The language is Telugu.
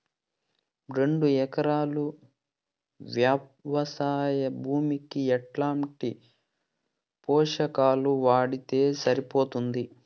రెండు ఎకరాలు వ్వవసాయ భూమికి ఎట్లాంటి పోషకాలు వాడితే సరిపోతుంది?